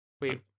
Wait